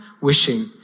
wishing